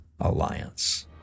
Alliance